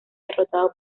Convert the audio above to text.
derrotado